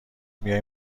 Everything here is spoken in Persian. میای